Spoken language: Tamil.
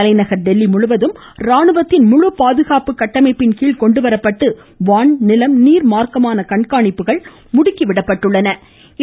தலைநகர் தில்லி முழுவதும் ராணுவத்தின் முழு பாதுகாப்பு கட்டமைப்பின் கீழ் கொண்டு வரப்பட்டு வான் நிலம் நீர் மார்க்கமான கண்காணிப்புகள் முடுக்கி விடப்பட்டுள்ளன